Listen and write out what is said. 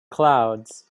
clouds